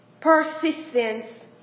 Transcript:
persistence